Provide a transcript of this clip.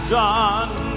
done